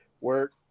Work